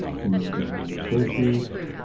ah, um and gang member associates,